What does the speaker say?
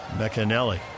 Meccanelli